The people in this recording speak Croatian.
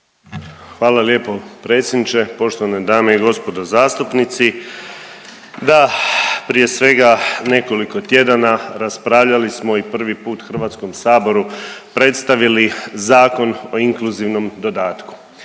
Hvala lijepo predsjedniče, poštovane dame i gospodo zastupnici. Da, prije svega nekoliko tjedana raspravljali smo i prvi put Hrvatskom saboru predstavili Zakon o inkluzivnom dodatku.